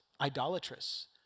idolatrous